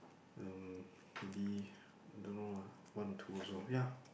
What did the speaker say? um maybe I don't know lah one or two also ya